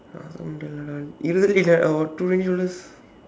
ah one dollar uh twenty dollars